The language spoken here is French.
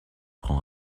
prend